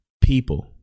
people